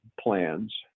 plans